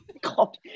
god